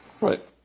Right